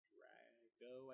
Drago